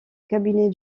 cabinet